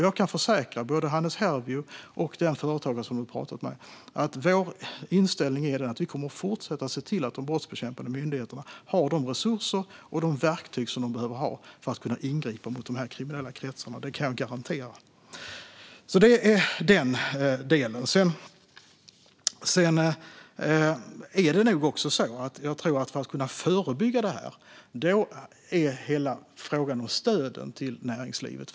Jag kan försäkra både Hannes Hervieu och den företagare som han har pratat med att vår inställning är att vi kommer att fortsätta att se till att de brottsbekämpande myndigheterna har de resurser och verktyg som de behöver för att kunna ingripa mot de kriminella kretsarna. Det kan jag garantera. Det var den delen. Sedan tror jag att hela frågan om stöd till näringslivet är relevant för att kunna förebygga. Det är därför jag tar upp det i mitt svar.